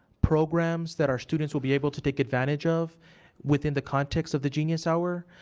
programs that our students will be able to take advantage of within the context of the genius hour.